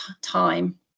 time